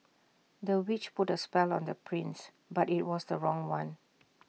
the witch put A spell on the prince but IT was the wrong one